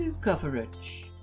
COVERAGE